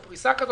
בפריסה כזאת,